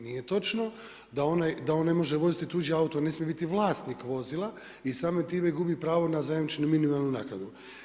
Nije točno da on ne smije voziti tuđi auto, ne smije biti vlasnik vozila i samim time gubi pravo na zajamčenu minimalnu naknadu.